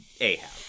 Ahab